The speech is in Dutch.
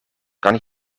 kan